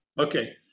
Okay